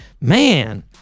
Man